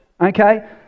okay